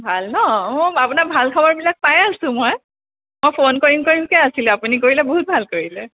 ভাল ন অ' আপোনাৰ ভাল খবৰবিলাক পাই আছোঁ মই মই ফোন কৰিম কৰিম কে আছিলোঁ আপুনি কৰিলে বহুত ভাল কৰিলে